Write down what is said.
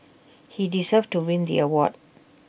he deserved to win the award